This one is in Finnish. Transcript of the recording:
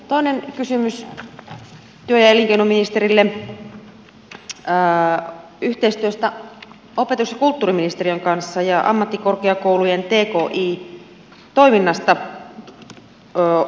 toinen kysymys työ ja elinkeinoministerille yhteistyöstä opetus ja kulttuuriministeriön kanssa ja ammattikorkeakoulujen tki toiminnasta